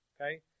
okay